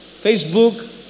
Facebook